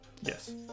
Yes